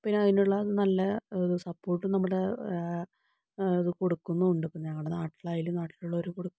പിന്നെ അതിനുള്ള നല്ല സപ്പോർട്ടും നമ്മുടെ അത് കൊടുക്കുന്നുമുണ്ട് പിന്നെ ഞങ്ങളുടെ നാട്ടിലായാലും നാട്ടിലുള്ളവര് കൊടുക്കും